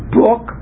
book